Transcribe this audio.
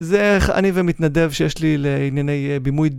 זה איך אני ומתנדב שיש לי לענייני בימוי דבר.